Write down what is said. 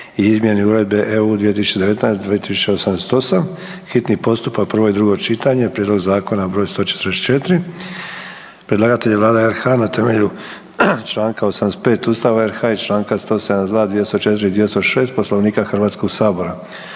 izmjeni Uredbe (EU) 2019/2088, hitni postupak, prvo i drugo čitanje, P.Z.E. broj 144 Predlagatelj je Vlada RH na temelju Članka 85. Ustava RH i Članka 172., 204. i 206. Poslovnika Hrvatskog sabora.